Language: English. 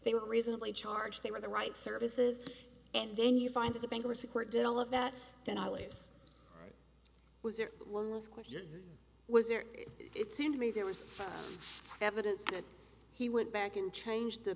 they were reasonably charge they were the right services and then you find that the bankruptcy court did all of that ten dollars was there one was question was there it seemed to me there was evidence that he went back and changed the